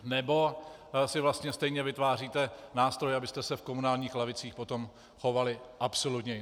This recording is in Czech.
Nebo si vlastně stejně vytváříte nástroje, abyste se v komunálních lavicích potom chovali absolutně jinak?